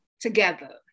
together